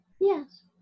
Yes